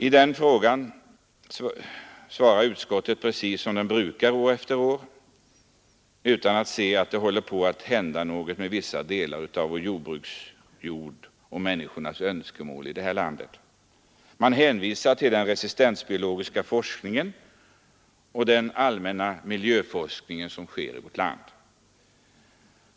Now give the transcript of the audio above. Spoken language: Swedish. I den frågan säger utskottet precis som det gjort år efter år; man ser inte att det håller på att hända någonting med vissa delar av vår jordbruksjord och när det gäller människornas önskemål. Man hänvisar till den resistensbiologiska forskning och den allmänna miljöforskning som pågår i vårt land.